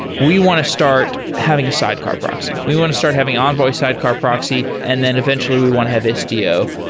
we want to start having a sidecar proxy. we want to start having envoy sidecar proxy, and then eventually we want to have istio.